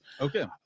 Okay